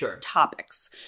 topics